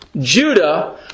Judah